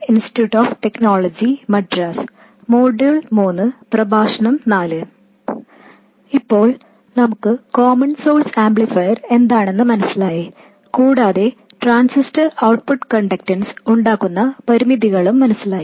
ഇപ്പോൾ നമുക്ക് common source amplifier എന്താണെന്ന് മനസിലായി കൂടാതെ ട്രാൻസിസ്റ്റർ ഔട്ട്പുട്ട് കണ്ടക്റ്റൻസ് ഉണ്ടാക്കുന്ന പരിമിതികളും മനസിലായി